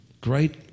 great